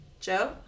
Joe